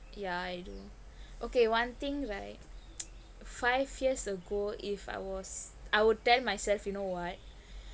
yeah I do okay one thing right five years ago if I was I would tell myself you know what